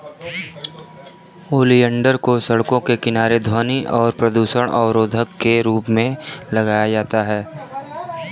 oleander को सड़कों के किनारे ध्वनि और प्रदूषण अवरोधक के रूप में लगाया जाता है